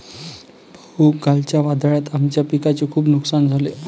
भाऊ, कालच्या वादळात आमच्या पिकाचे खूप नुकसान झाले